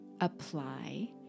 apply